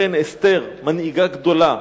לכן אסתר, מנהיגה גדולה,